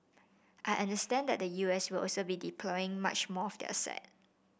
I understand that the U S will also be deploying much more of their assets